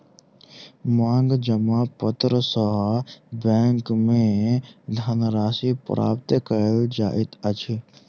मांग जमा पत्र सॅ बैंक में धन राशि प्राप्त कयल जाइत अछि